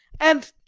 and,